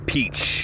Peach